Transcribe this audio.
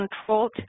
controlled